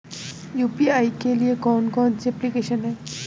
UPI के लिए कौन कौन सी एप्लिकेशन हैं?